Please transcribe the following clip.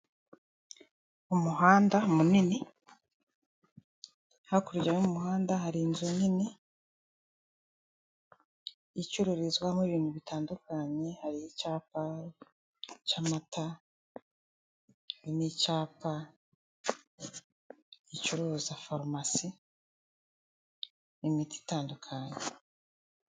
Umuhanda munini hakurya y'umuhanda hari inzu nini icururizwamo ibintu bitandukanye hari icyapa cy'amata n'icyapa gicuruza farumasi n'imiti itandukanye.